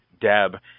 Deb